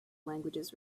languages